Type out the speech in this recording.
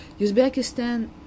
Uzbekistan